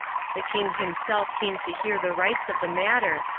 the king himself came to hear the rights of the matter,